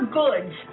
goods